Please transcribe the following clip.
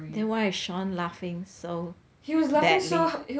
then why is shawn laughing so badly